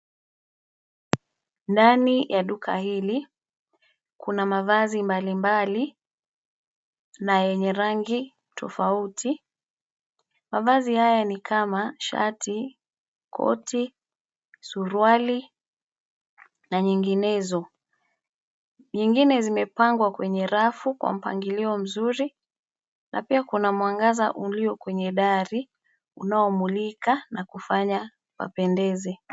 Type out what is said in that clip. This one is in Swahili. Ndani ya duka hili, kuna mavazi mbalimbali na yenye rangi tofauti. Mavazi haya ni kama shati, koti, suruali na nyinginezo. Nyingine zimepangwa kwenye rafu kwa mpangilio mzuri na pia kuna mwangaza ulio kwenye dari unaomulika na kufanya papendeze.